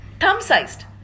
Thumb-sized